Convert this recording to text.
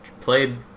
played